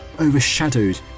overshadowed